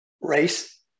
race